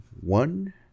one